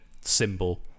symbol